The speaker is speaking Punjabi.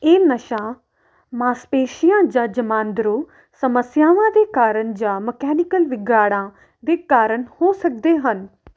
ਇਹ ਨਸ਼ਾਂ ਮਾਸਪੇਸ਼ੀਆਂ ਜਾਂ ਜਮਾਂਦਰੂ ਸਮੱਸਿਆਵਾਂ ਦੇ ਕਾਰਨ ਜਾਂ ਮਕੈਨੀਕਲ ਵਿਗਾੜਾਂ ਦੇ ਕਾਰਨ ਹੋ ਸਕਦੇ ਹਨ